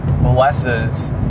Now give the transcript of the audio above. blesses